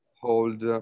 hold